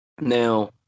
Now